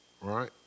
right